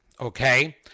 okay